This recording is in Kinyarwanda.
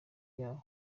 yabo